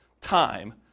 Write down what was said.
time